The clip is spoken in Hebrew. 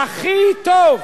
הכי טוב.